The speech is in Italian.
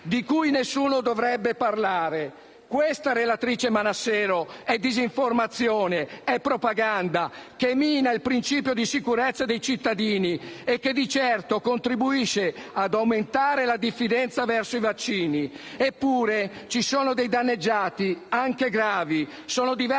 di cui nessuno dovrebbe parlare. Questa, relatrice Manassero, è disinformazione e propaganda che minano il principio di sicurezza dei cittadini e che di certo contribuiscono ad aumentare la diffidenza verso i vaccini. Eppure, ci sono dei danneggiati, anche gravi: sono diverse